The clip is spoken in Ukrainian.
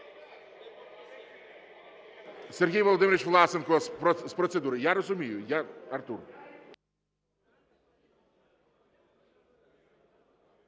Сергій Володимирович Власенко – з процедури. Я розумію, Артур.